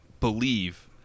believe